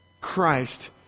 Christ